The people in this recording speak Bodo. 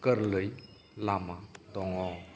गोरलै लामा दङ